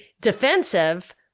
defensive